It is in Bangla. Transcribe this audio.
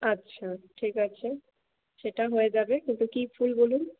আচ্ছা ঠিক আছে সেটা হয়ে যাবে কিন্তু কি ফুল বলুন